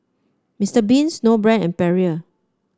Mister Bean Snowbrand and Perrier